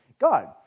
God